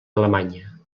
alemanya